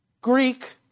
Greek